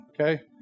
okay